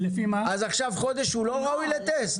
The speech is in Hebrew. אז עכשיו חודש הוא לא ראוי לטסט?